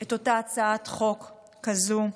את הצעת החוק הזו,